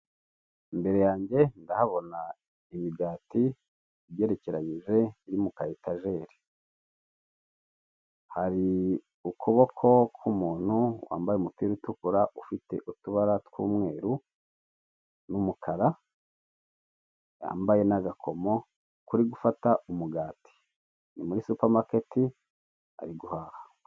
Imbere yanjye ndahabona imigati igerekeyije iri mu ka etajeri, hari ukuboko k'umuntu wambaye umupira utukura ufite utubara tw'umweru n'umukara, yambaye n'agakomo kuri gufata umugati, ni muri supa maketi ari guhaha.